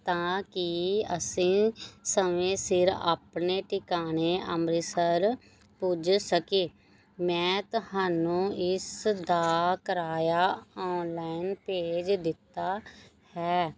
ਤਾਂ ਕਿ ਅਸੀਂ ਸਮੇਂ ਸਿਰ ਆਪਣੇ ਟਿਕਾਣੇ ਅੰਮ੍ਰਿਤਸਰ ਪੁੱਜ ਸਕੀਏ ਮੈਂ ਤੁਹਾਨੂੰ ਇਸ ਦਾ ਕਰਾਇਆ ਔਨਲਾਈਨ ਭੇਜ ਦਿੱਤਾ ਹੈ